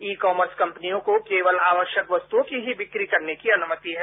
ई commerce कंपनियों को केवल आवश्यकवस्तुओं की ही विक्री करने की अनुमति है